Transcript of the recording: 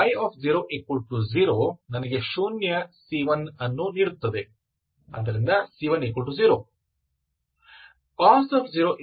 ಆದ್ದರಿಂದ y00 ನನಗೆ ಶೂನ್ಯ c1 ಅನ್ನು ನೀಡುತ್ತದೆ c10 ಆದ್ದರಿಂದ cos 0 1 c2